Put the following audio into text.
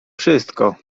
wszystko